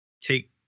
take